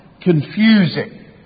confusing